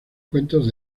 cuentos